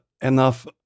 enough